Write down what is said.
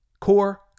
core